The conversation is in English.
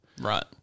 Right